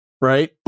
right